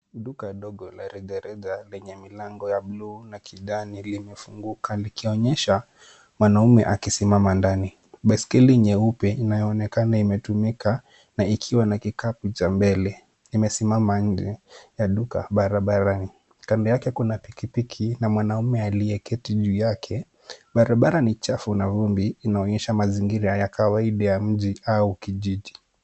Duka dogo la rejareja lenye milango ya buluu na kidani limefunguka likionyesha mwanamume akisimama ndani. Baisikeli nyeupe inayoonekana imetumika na ikiwa na kikapu cha mbele imesimama nje ya duka barabarani. Kando yake kuna pikipiki na mwanamume aliyeketi juu yake. Barabara ni chafu na vumbi inaonyesha mazingira ya kawaida ya mji au kijiji.